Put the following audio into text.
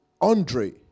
andre